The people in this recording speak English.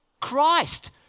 Christ